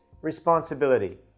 responsibility